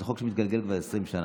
זה חוק שמתגלגל כבר 20 שנה.